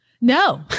No